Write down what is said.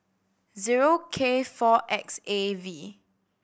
zero K four X A V